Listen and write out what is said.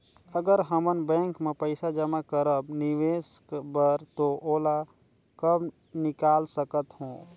अगर हमन बैंक म पइसा जमा करब निवेश बर तो ओला कब निकाल सकत हो?